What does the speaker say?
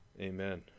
Amen